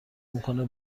میکنه